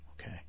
Okay